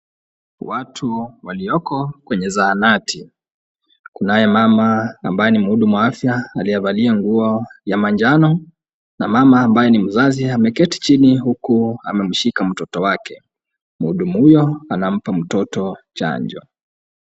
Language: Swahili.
Watu walioko kwenye zahanati. Kunaye mama ambaye ni mhudumu wa afya aliyevalia nguo ya manjano na mama ambaye ni mzazi ameketi chini huku amemshika mtoto wake. Mhudumu huyo anampa mtoto chanjo.